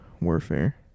warfare